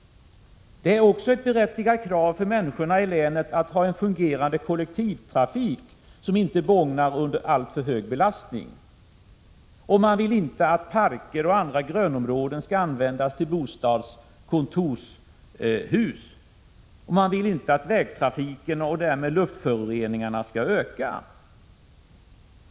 Det är också ett berättigat krav att människorna i länet har en fungerande kollektivtrafik som inte bågnar under alltför hög belastning. Man vill inte att parker och andra grönområden skall användas till bostadshus eller kontorshus. Man vill heller inte att vägtrafiken och därmed luftföroreningarna skall öka.